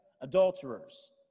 adulterers